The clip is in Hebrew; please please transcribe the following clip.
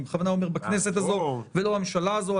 אני בכוונה אומר: בכנסת הזאת ולא בממשלה הזאת.